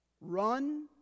run